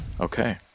Okay